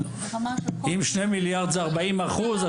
אם 2 מיליארד זה 40 אחוז,